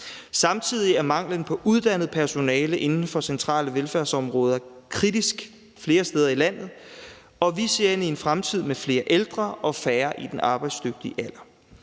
Samtidig er manglen på uddannet personale inden for centrale velfærdsområder kritisk flere steder i landet, og vi ser ind i en fremtid med flere ældre og færre i den arbejdsdygtige alder.